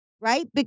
right